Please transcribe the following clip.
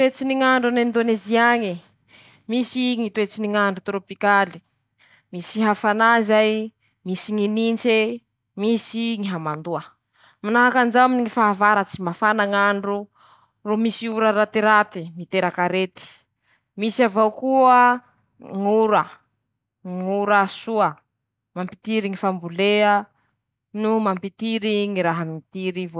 Toetsy ny ñ'andro an'Endônezy añe: Misy Ñy toetsy ny ñ'andro torôpikaly, misy hafanà zay, misy ñy nintse, misy ñy hamandoa, manahakanjao aminy ñy fahavaratsy, mafana ñ'andro ro misy ora ratiraty miteraky arety, misy avao koa ñ'ora, ñ'ora soa mampitiry ñy fambolea no mampitiry ñy raha mitir.